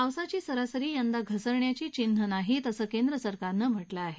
पावसाची सरासरी यंदा घसरण्याची चिन्ह दिसत नाहीत असं केंद्रसरकारनं म्हटलं आहे